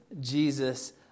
Jesus